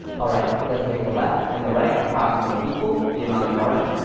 all right, let's make the left and the right approximately equal, the amount of margin,